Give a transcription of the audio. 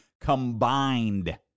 combined